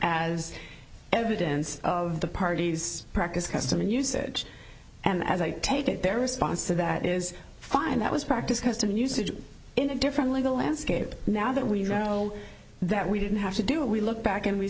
as evidence of the parties practice custom and usage and as i take it their response to that is fine that was practice custom usage in a different legal landscape now that we know that we didn't have to do it we look back and we